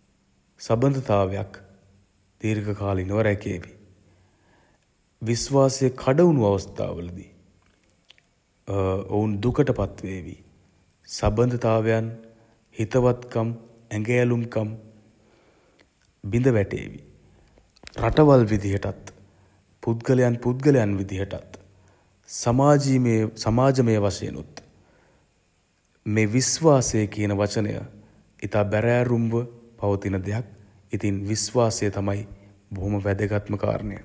සබදතාවයක් දීර්ඝකාලීනව රැකේවි. විස්වාසය කඩ වුණු අවස්ථා වලදී ඔවුන් දුකට පත් වේවි. සබදතාවයන් හිතවත්කම් ඇගෑලුම්කම් බිඳ වැටේවි. රටවල් විදිහටත් පුද්ගලයන් පුද්ගලයන් විදිහටත් සාමාජීමය සමාජමය වශයෙනුත් මේ විස්වාසය කියන වචනය ඉතා බැරෑරුම්ව පවතින දෙයක්. ඉතින් විස්වාසය තමයි බොහොම වැදගත්ම කාරණය.